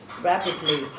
rapidly